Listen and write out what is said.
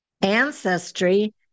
ancestry